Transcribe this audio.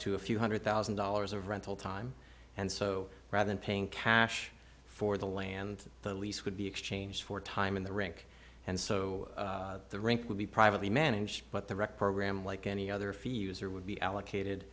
to a few hundred thousand dollars of rental time and so rather than paying cash for the land the lease would be exchanged for time in the rink and so the rink would be privately managed but the rec program like any other feel user would be allocated